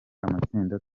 amatsinda